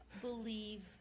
believe